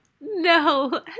No